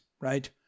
right